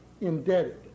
indebted